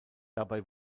dabei